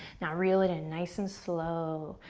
now reel it in nice and slow,